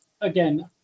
again